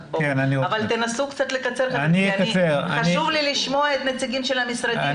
תנסו לקצר כי חשוב לי לשמוע גם את נציגי המשרדים.